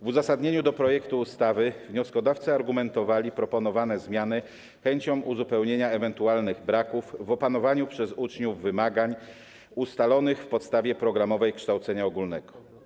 W uzasadnieniu projektu ustawy wnioskodawcy argumentowali proponowane zmiany chęcią uzupełnienia ewentualnych braków w opanowaniu przez uczniów wymagań ustalonych w podstawie programowej kształcenia ogólnego.